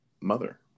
mother